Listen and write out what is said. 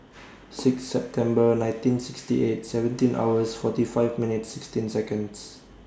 six September nineteen sixty eight seventeen hours forty five minutes sixteen Seconds